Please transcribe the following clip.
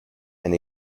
and